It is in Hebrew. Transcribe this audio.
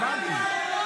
הבנתי.